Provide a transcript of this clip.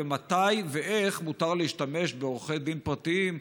מתי ואיך מותר להשתמש בעורכי דין פרטיים,